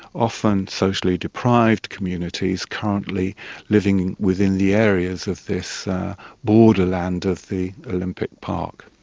often socially deprived communities, currently living within the areas of this borderland of the olympic park.